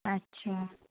ଆଚ୍ଛା